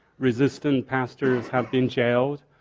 resistant pastors have been jailed.